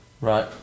Right